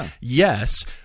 yes